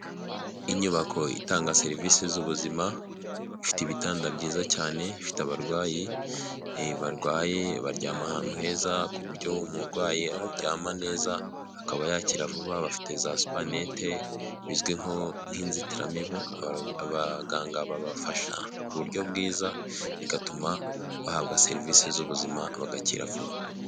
Inyubako itanga serivisi z'ubuzima ifite ibitanda byiza cyane, ifite abarwayi barwaye, baryama ahantu heza ku buryo umurwayi aryama neza akaba yakira vuba, bafite za supanete bizwi nk'inzitiramibu, abaganga babafasha ku buryo bwiza bigatuma bahabwa serivisi z'ubuzima bagakira vuba.